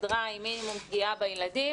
כסדרה עם מינימום פגיעה בילדים.